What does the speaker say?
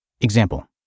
Example